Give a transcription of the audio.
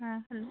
হ্যাঁ হ্যালো